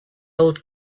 old